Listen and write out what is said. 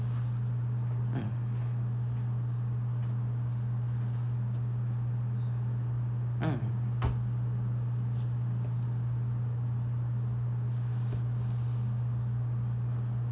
mm mm